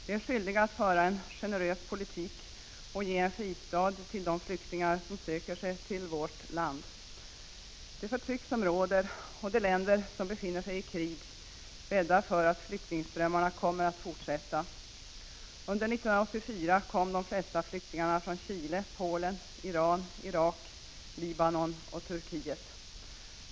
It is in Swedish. Vi är skyldiga att föra en generös politik och ge en fristad till de flyktingar som söker sig till vårt land. Det förtryck som råder och det faktum att länder befinner sig i krig bäddar för att flyktingströmmarna kommer att fortsätta. Under 1984 kom de flesta flyktingarna från Chile, Polen, Iran, Irak, Libanon och Turkiet.